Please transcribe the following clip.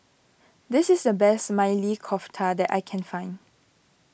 this is the best Maili Kofta that I can find